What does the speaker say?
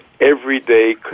everyday